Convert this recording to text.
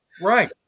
Right